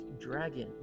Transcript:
dragon